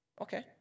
Okay